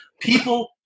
people